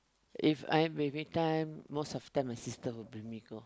if I'm baby time most of the time my sister will bring me go